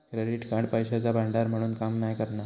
credit card पैशाचा भांडार म्हणून काम नाय करणा